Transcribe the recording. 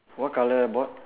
what color the board